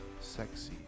sexy